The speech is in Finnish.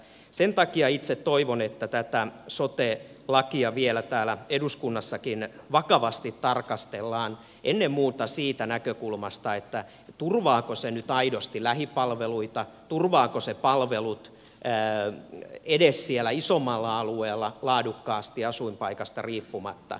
sen takia itse toivon että tätä sote lakia vielä täällä eduskunnassakin vakavasti tarkastellaan ennen muuta siitä näkökulmasta turvaako se nyt aidosti lähipalveluita turvaako se palvelut edes siellä isommalla alueella laadukkaasti asuinpaikasta riippumatta